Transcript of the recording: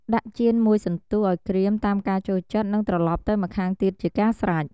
ដាក់ចៀនមួយសន្ទុះឱ្យក្រៀមតាមការចូលចិត្ត និងត្រឡប់ទៅម្ខាងទៀតជាការស្រេច។